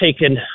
taken